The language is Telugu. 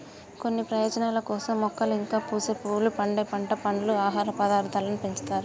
కొన్ని ప్రయోజనాల కోసం మొక్కలు ఇంకా పూసే పువ్వులు, పండే పంట, పండ్లు, ఆహార పదార్థాలను పెంచుతారు